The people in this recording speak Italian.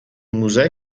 musei